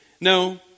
No